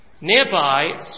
nearby